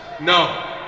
No